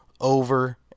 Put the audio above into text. over